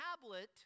tablet